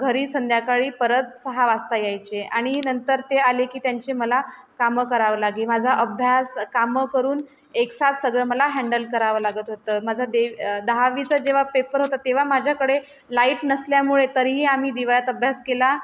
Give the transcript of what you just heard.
घरी संध्याकाळी परत सहा वाजता यायचे आणि नंतर ते आले की त्यांचे मला कामं करावं लागे माझा अभ्यास कामं करून एकसाथ सगळं मला हँडल करावं लागत होतं माझा दे दहावीचा जेव्हा पेपर होता तेव्हा माझ्याकडे लाईट नसल्यामुळे तरीही आम्ही दिव्यात अभ्यास केला